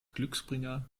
glücksbringer